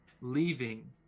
Leaving